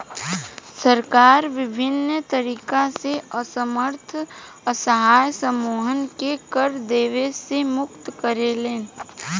सरकार बिभिन्न तरीकन से असमर्थ असहाय समूहन के कर देवे से मुक्त करेले